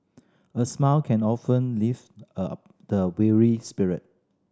a smile can often lift up the weary spirit